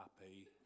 happy